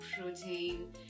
protein